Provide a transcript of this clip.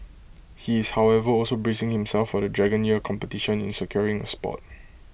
he is however also bracing himself for the dragon year competition in securing A spot